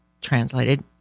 translated